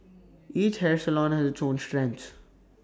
each hair salon has its own strengths